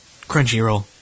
Crunchyroll